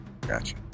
Gotcha